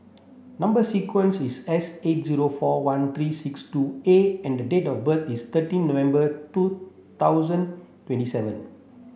number sequence is S eight zero four one three six two A and date of birth is thirteen November two thousand twenty seven